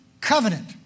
covenant